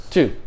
Two